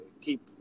keep